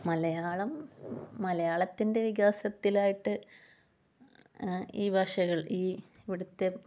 മലയാളം മലയാളത്തിൻ്റെ വികാസത്തിലായിട്ട് ഈ ഭാഷകൾ ഈ ഇവിടുത്തെ